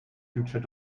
future